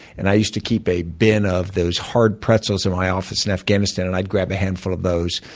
and i used to keep a bin of those hard pretzels in my office in afghanistan, and i'd grab a handful of those.